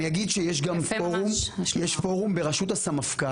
אני אגיד גם שיש פורום בראשות הסמפכ"ל,